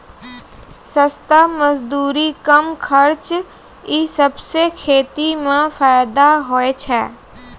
सस्ता मजदूरी, कम खर्च ई सबसें खेती म फैदा होय छै